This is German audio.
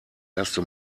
erste